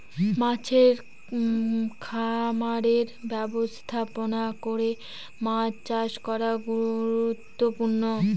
মাছের খামারের ব্যবস্থাপনা করে মাছ চাষ করা গুরুত্বপূর্ণ